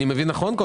אני מבין נכון?